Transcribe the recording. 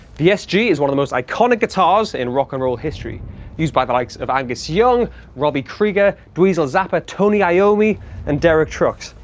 the sg is one of the most iconic guitars in rock and roll history used by the likes of angus young robby krieger dweezil zappa, tony iommi and derek trucks.